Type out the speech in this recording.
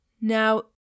Now